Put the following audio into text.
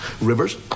Rivers